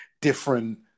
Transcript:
different